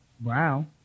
Brown